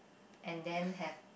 and then have